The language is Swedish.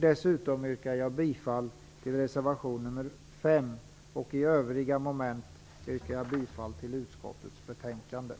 Dessutom yrkar jag bifall till reservation 5. Beträffande övriga moment yrkar jag bifall till utskottets hemställan i betänkandet.